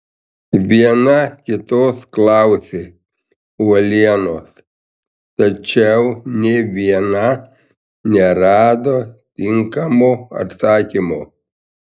viena kitos klausė uolienos tačiau nė viena nerado tinkamo atsakymo